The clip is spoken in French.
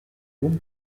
donc